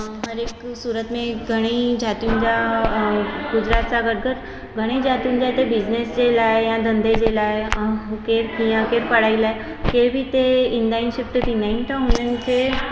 हर हिकु सूरत में घणी जातियुनि जा गुजरात सां गॾु गॾु घणे जातियुनि जा हिते बिजनेस जे लाइ या धंधे जे लाइ केर कीअं केर पढ़ाई लाइ केर बि हिते ईंदा आहिनि शिफ्ट थींदा आहिनि त उन्हनि खे